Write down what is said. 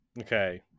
Okay